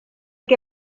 que